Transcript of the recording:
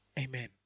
Amen